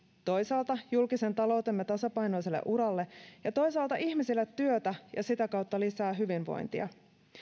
toisaalta julkisen taloutemme tasapainoiselle uralle ja toisaalta ihmisille työtä ja sitä kautta lisää hyvinvointia